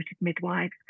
midwives